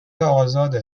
ازاده